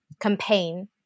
campaign